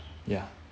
ya